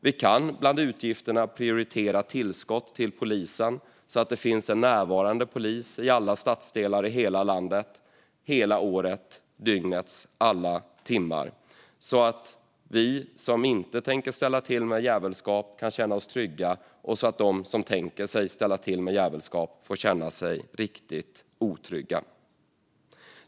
Vi kan bland utgifterna prioritera tillskott till polisen så att det finns en närvarande polis i alla stadsdelar i hela landet, hela året och dygnets alla timmar för att vi som inte tänker ställa till med jävelskap ska kunna känna oss trygga och de som tänker ställa till med jävelskap ska få känna sig riktigt otrygga.